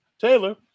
taylor